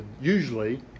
usually